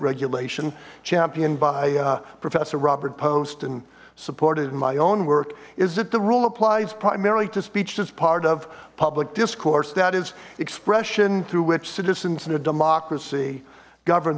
regulation championed by professor robert post and supported in my own work is that the rule applies primarily to speech this part public discourse that is expression through which citizens in a democracy govern